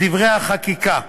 בדברי החקיקה.